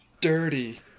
dirty